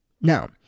Now